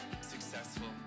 successful